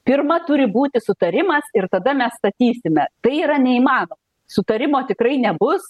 pirma turi būti sutarimas ir tada mes statysime tai yra neįmanoma sutarimo tikrai nebus